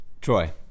Troy